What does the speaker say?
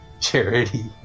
Charity